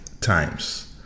times